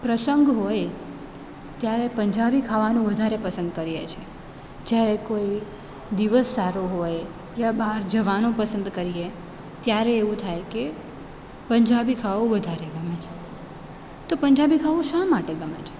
પ્રસંગ હોય ત્યારે પંજાબી ખાવાનું વધારે પસંદ કરીએ છીએ જ્યારે કોઈ દિવસ સારો હોય યા બહાર જવાનું પસંદ કરીએ ત્યારે એવું થાય કે પંજાબી ખાવું વધારે ગમે છે તો પંજાબી ખાવું શા માટે ગમે છે